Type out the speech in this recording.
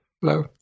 Hello